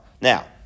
Now